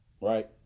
right